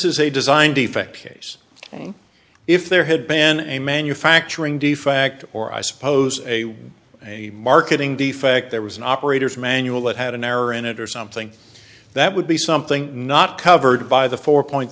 a design defect case if there had been a manufacturing defect or i suppose a a marketing defect there was an operator's manual that had an error in it or something that would be something not covered by the four point